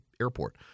airport